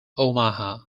omaha